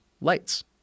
lights